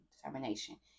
determination